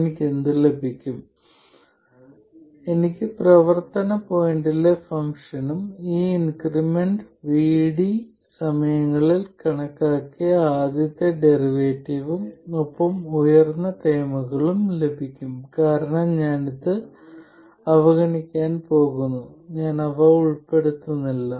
എനിക്ക് എന്ത് ലഭിക്കും എനിക്ക് പ്രവർത്തന പോയിന്റിലെ ഫംഗ്ഷനും ഈ ഇൻക്രിമെന്റ് VD സമയങ്ങളിൽ കണക്കാക്കിയ ആദ്യത്തെ ഡെറിവേറ്റീവും ഒപ്പം ഉയർന്ന ഓർഡർ ടേമുകളും ലഭിക്കും കാരണം ഞാൻ ഇത് അവഗണിക്കാൻ പോകുന്നു ഞാൻ അവ ഉൾപ്പെടുത്തുന്നില്ല